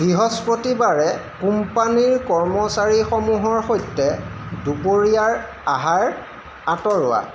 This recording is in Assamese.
বৃহস্পতিবাৰে কোম্পানিৰ কৰ্মচাৰীসমূহৰ সৈতে দুপৰীয়াৰ আহাৰ আঁতৰোৱা